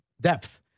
depth